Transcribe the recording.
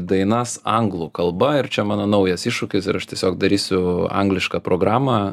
dainas anglų kalba ir čia mano naujas iššūkis ir aš tiesiog darysiu anglišką programą